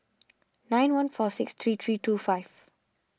nine one four six three three two five